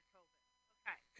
okay